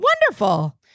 Wonderful